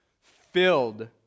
filled